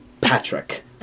Patrick